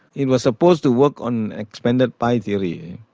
it was supposed to work on expanded pie theory,